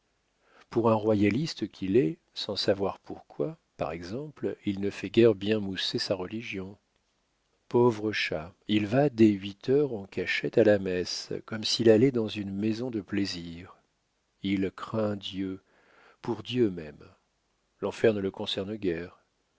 pour un royaliste qu'il est sans savoir pourquoi par exemple il ne fait guère bien mousser sa religion pauvre chat il va dès huit heures en cachette à la messe comme s'il allait dans une maison de plaisir il craint dieu pour dieu même l'enfer ne le concerne guère